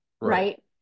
right